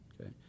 Okay